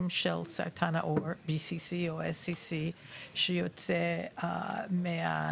של סרטן העור BCC או SCC שיוצא מרקמה